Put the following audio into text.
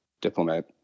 diplomat